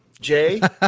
jay